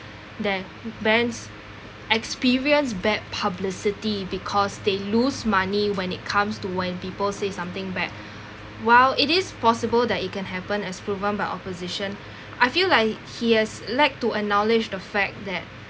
that brands experience bad publicity because they lose money when it comes to when people say something bad while it is possible that it can happen as proven by opposition I feel like he has lack to acknowledge the fact that